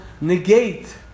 negate